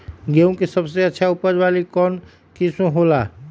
गेंहू के सबसे अच्छा उपज वाली कौन किस्म हो ला?